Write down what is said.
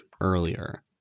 earlier